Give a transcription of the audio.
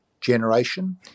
generation